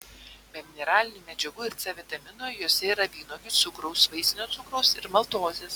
be mineralinių medžiagų ir c vitamino juose yra vynuogių cukraus vaisinio cukraus ir maltozės